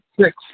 Six